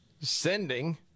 sending